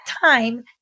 time